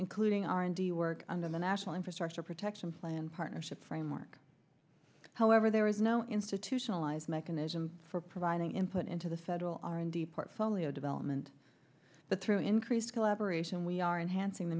including r and d work under the national infrastructure protection plan partnership framework however there is no institutionalized mechanism for providing input into the federal r and d portfolio development but through increased collaboration we are in hansing the